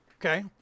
Okay